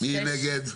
6 נגד,